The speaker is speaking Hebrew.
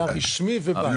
היה רשמי ובית.